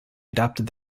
adopted